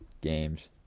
games